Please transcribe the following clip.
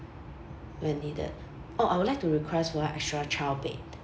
when needed orh I would like to request for extra child bed